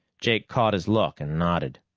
jake caught his look and nodded.